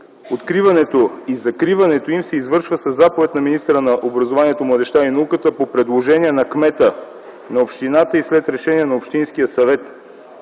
Откриването и закриването им се извършва със заповед на министъра на образованието, младежта и науката по предложение на кмета на общината и след решение на общинския съвет.